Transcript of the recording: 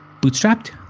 Bootstrapped